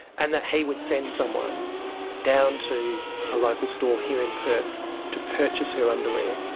and that he would send someone down to a local store here in perth to purchase her underwear.